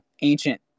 ancient